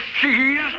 cheese